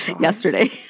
yesterday